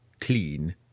clean